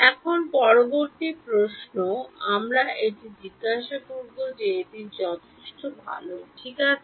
এখন পরবর্তী প্রশ্ন আমরা এটি জিজ্ঞাসা করব যে এটি যথেষ্ট ভাল ঠিক আছে